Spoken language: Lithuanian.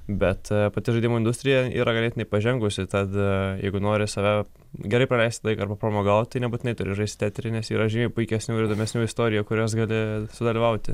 bet pati žaidimų industrija yra ganėtinai pažengusi tad jeigu nori save gerai praleisti laiką arba pramogaut nebūtinai turi žaist tetrį nes yra žymiai puikesnių ir įdomesnių istorijų kurios gali sudalyvauti